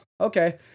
okay